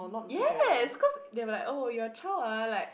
yes cause they will be oh your child ah like